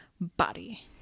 body